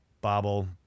bobble